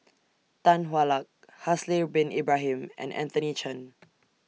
Tan Hwa Luck Haslir Bin Ibrahim and Anthony Chen